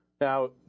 Now